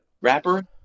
rapper